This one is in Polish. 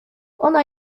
ona